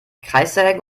kreissägen